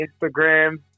instagram